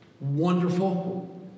wonderful